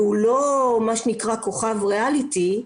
והוא לא מה שנקרא כוכב ריאליטי,